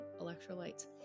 electrolytes